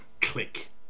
Click